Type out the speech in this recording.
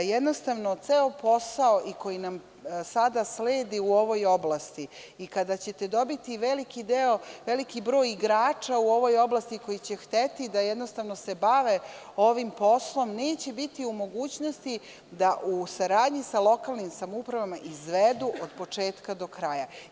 Jednostavno ceo posao i koji nam sada sledi u ovoj oblasti i kada ćete dobiti veliki deo, veliki broj igrača u ovoj oblasti koji će hteti da jednostavno se bave ovim poslom neće biti u mogućnosti da u saradnji sa lokalnim samoupravama izvedu od početka do kraja.